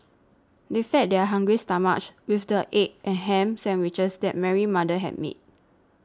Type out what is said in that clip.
they fed their hungry stomachs with the egg and ham sandwiches that Mary's mother had made